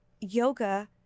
yoga